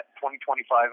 2025